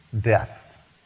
Death